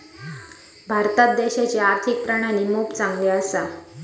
भारत देशाची आर्थिक प्रणाली मोप चांगली असा